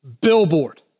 billboard